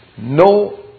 No